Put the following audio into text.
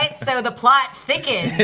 and so the plot thickens,